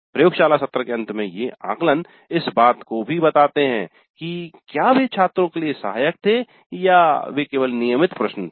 प्रयोगशाला सत्र के अंत में ये आकलन इस बात को भी बताते है कि क्या वे छात्रों के लिए सहायक थे या वे केवल नियमित प्रश्न थे